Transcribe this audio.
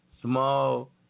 small